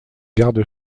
garde